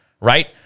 right